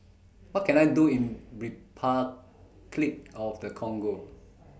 What Can I Do in Repuclic of The Congo